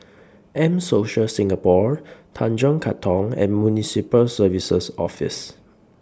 M Social Singapore Tanjong Katong and Municipal Services Office